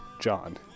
John